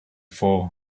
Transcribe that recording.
for